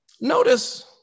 Notice